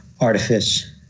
artifice